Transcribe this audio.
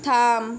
থাম